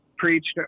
preached